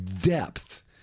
depth